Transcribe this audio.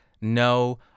no